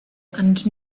and